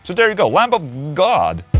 so there you go, lamb of god